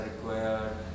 required